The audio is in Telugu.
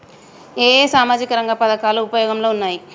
ఏ ఏ సామాజిక రంగ పథకాలు ఉపయోగంలో ఉన్నాయి?